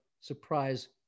surprise